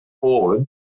forward